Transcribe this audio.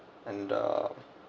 and uh